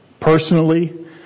Personally